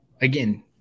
again